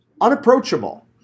unapproachable